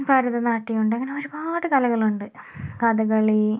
ഭാരതനാട്യമുണ്ട് അങ്ങനെ ഒരുപാട് കലകളുണ്ട് കഥകളി